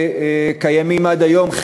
שקיימים עד היום,